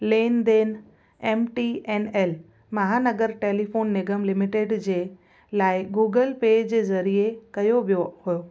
लेनदेन M T N L Mahanagar telephone Nigam limited जे लाइ गूगल पे जे ज़रिये कयो वियो हो